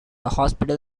hospital